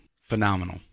phenomenal